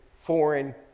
foreign